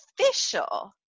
official